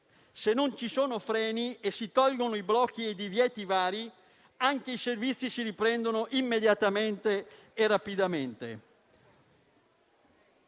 se non ci sono freni e si tolgono i blocchi e i divieti vari, anche i servizi si riprendono immediatamente e rapidamente.